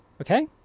Okay